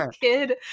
kid